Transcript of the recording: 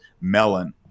Melon